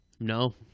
No